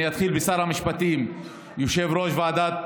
אני אתחיל בשר המשפטים, יושב-ראש ועדת